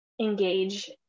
engage